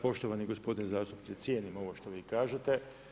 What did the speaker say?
Poštovani gospodine zastupniče, cijenim ovo što vi kažete.